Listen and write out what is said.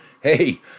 hey